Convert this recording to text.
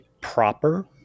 proper